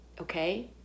okay